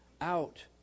out